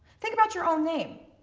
think about your own name.